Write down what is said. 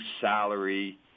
salary